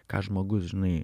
ką žmogus žinai